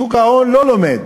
שוק ההון לא לומד,